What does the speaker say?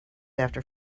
after